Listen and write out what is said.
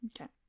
Okay